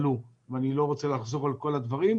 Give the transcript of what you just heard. אני לא רוצה לחזור על כל הדברים,